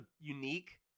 unique